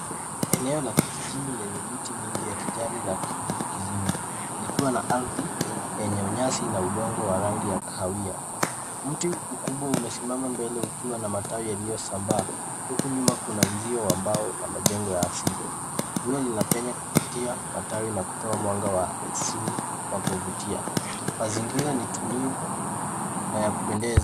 Eneo la kijijini lenye miti nyingi ya kijani na kivuli kizuri likiwa na ardhi lenye nyasi na rangi ya kahawia. Mti mkubwa umesimama mbele ukiwa na matawi yaliyosambaa huku nyuma kuna uzio wa mbao na majengo ya asili. Jua linapenya kupitia matawi na kutoa mwanga wa asili wa kuvutia. Mazingira ni tulivu na ya kupendeza.